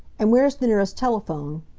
and where is the nearest telephone?